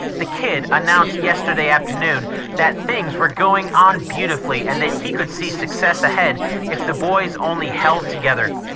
the kid announced yesterday afternoon that things were going on beautifully and that he could see success ahead if the boys only held together.